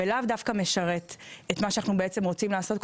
ולאו דווקא משרת את מה שאנחנו בעצם רוצים לעשות.